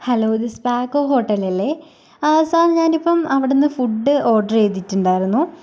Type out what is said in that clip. hello ഇത് Spago ഹോട്ടലല്ലേ ആ സാർ ഞാനിപ്പം അവട്ന്ന് ഫുഡ് ഓർഡറ് ചെയ്തിട്ടുണ്ടായിരുന്നു